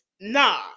nah